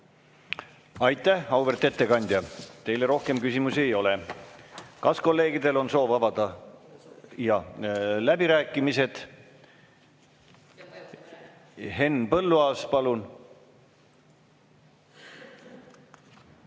Aitäh, auväärt ettekandja! Teile rohkem küsimusi ei ole. Kas kolleegidel on soov avada läbirääkimised? Henn Põlluaas, palun!